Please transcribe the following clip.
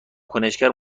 کنشگر